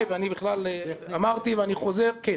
ואני בכלל אמרתי ואני חוזר --- טכנית זה אפשרי?